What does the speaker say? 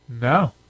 No